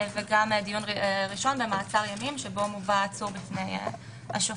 וגם דיון ראשון במעצר ימים שבו מובא העצור בפני השופט.